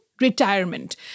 retirement